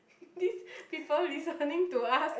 this people listening to us